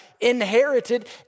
inherited